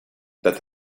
that